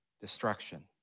destruction